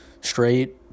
straight